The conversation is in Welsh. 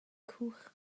cwch